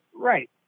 right